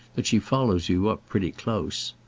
that she follows you up pretty close.